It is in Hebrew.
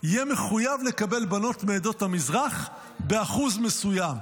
יהיה מחויב לקבל בנות מעדות המזרח באחוז מסוים.